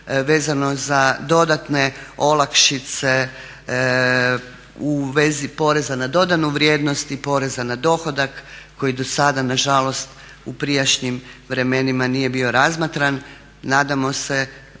vezano za dodatne olakšice u vezi poreza na dodanu vrijednost i poreza na dohodak koji do sada na žalost u prijašnjim vremenima nije bio razmatran. Nadamo se